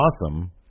awesome